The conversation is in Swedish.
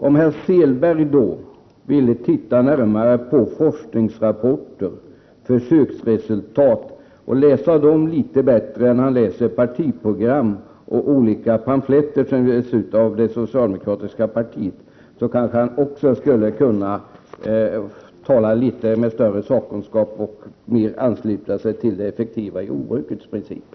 Om herr Selberg vill studera forskningsrapporter och försöksresultat litet närmare och läsa dem litet bättre än han läser partiprogrammet och olika pamfletter som ges ut av det socialdemokratiska partiet, skulle kanske också han tala med litet större sakkunskap och ansluta sig till det effektiva jordbrukets principer.